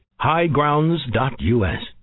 highgrounds.us